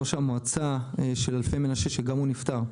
ראש המועצה של אלפי מנשה, שגם הוא נפטר,